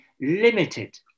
limited